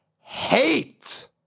hate